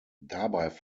dabei